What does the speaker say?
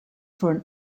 for